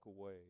away